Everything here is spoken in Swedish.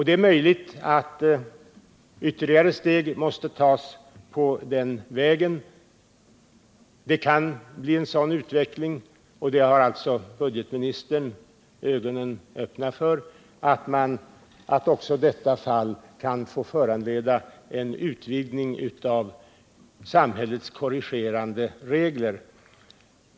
Det är möjligt att ytterligare steg måste tas på den vägen, och budgetministern är också öppen för att detta fall kan föranleda en utvidgning av samhällets korrigerande regler.